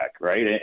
right